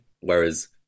Whereas